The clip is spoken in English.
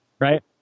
Right